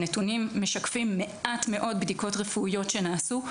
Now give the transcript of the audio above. הנתונים משקפים מעט מאוד בדיקות רפואיות שנעשו,